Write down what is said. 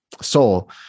Soul